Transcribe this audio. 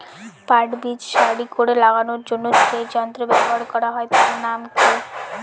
পাট বীজ সারি করে লাগানোর জন্য যে যন্ত্র ব্যবহার হয় তার নাম কি?